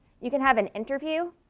you can have an interview.